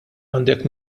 għandek